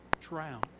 drown